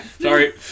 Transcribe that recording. sorry